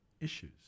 issues